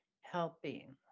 helping